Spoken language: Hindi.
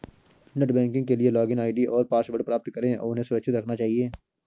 नेट बैंकिंग के लिए लॉगिन आई.डी और पासवर्ड प्राप्त करें और उन्हें सुरक्षित रखना चहिये